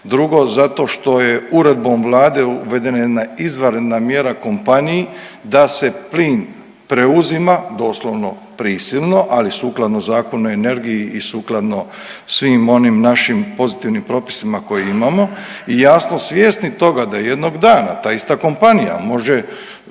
Drugo, zato što je uredbom Vlade uvedena jedna izvanredna mjera kompaniji da se plin preuzima, doslovno prisilno, ali sukladno Zakonu o energiji i sukladno svim onim našim pozitivnim propisima koje imamo i jasno svjesni toga da jednog dana ta ista kompanija može